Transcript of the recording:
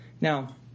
Now